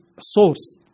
source